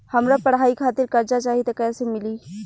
हमरा पढ़ाई खातिर कर्जा चाही त कैसे मिली?